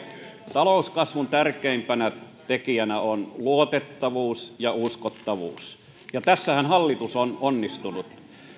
talouskasvun tärkeimpänä tekijänä on luotettavuus ja uskottavuus ja tässähän hallitus on onnistunut